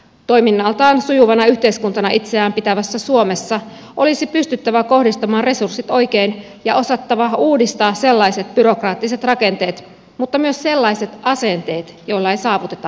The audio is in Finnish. toiminnaltaan sujuvana yhteiskuntana itseään pitävässä suomessa olisi pystyttävä kohdistamaan resurssit oikein ja osattava uudistaa sellaiset byrokraattiset rakenteet mutta myös sellaiset asenteet joilla ei saavuteta mitään hyvää